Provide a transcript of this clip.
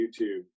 youtube